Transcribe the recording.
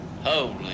Holy